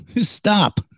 Stop